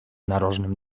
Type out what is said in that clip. narożnym